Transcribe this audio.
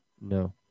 No